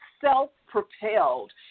self-propelled